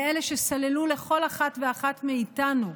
מאלה שסללו לכל אחת ואחת מאיתנו,